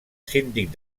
síndic